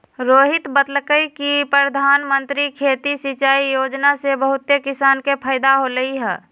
रोहित बतलकई कि परधानमंत्री खेती सिंचाई योजना से बहुते किसान के फायदा होलई ह